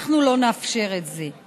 אנחנו לא נאפשר את זה.